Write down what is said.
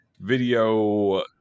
video